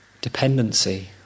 dependency